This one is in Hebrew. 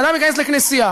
אדם ייכנס לכנסייה,